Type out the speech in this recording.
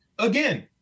Again